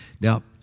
Now